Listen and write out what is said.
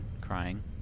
crying